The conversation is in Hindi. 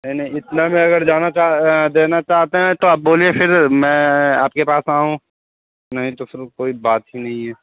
नहीं नहीं इतना में अगर जाना चाह देना चाहते हैं तो आप बोलिए फिर मैं आपके पास आऊँ नहीं तो कोई बात ही नहीं है